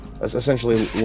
Essentially